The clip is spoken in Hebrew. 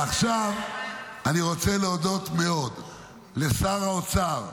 ועכשיו אני רוצה להודות מאוד לשר האוצר,